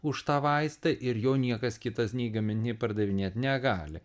už tą vaistą ir jo niekas kitas nei gamint nei pardavinėt negali